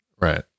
Right